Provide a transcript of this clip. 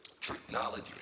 technology